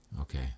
Okay